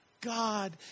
God